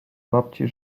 babci